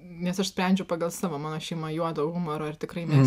nes aš sprendžiu pagal savo mano šeima juodo humoro ir tikrai ne